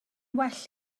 well